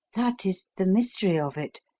that is the mystery of it.